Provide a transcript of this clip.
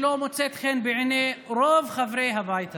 שלא מוצאת חן בעיני רוב חברי הבית הזה.